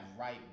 right